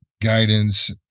guidance